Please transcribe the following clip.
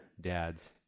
dads